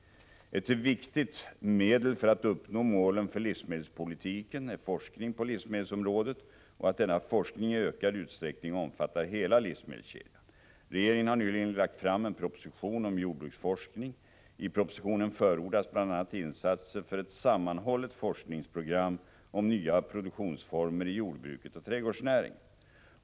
Ett viktigt medel för att uppnå målen för livsmedelspolitiken är forskning på livsmedelsområdet och att denna forskning i ökad utsträckning omfattar hela livsmedelskedjan. Regeringen har nyligen lagt fram en proposition om jordbruksforskning. I propositionen förordas bl.a. insatser för ett sammanhållet forskningsprogram om nya produktionsformer i jordbruket och trädgårdsnäringen.